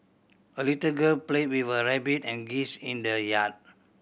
a little girl played with her rabbit and geese in the yard